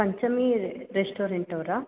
Panchami ರೆಸ್ಟೋರೆಂಟವರಾ